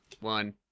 one